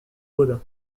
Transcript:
bodin